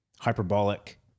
hyperbolic